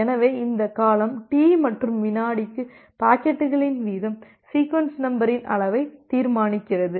எனவே இந்த காலம் டி மற்றும் வினாடிக்கு பாக்கெட்டுகளின் வீதம் சீக்வென்ஸ் நம்பரின் அளவை தீர்மானிக்கிறது